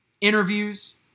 Interviews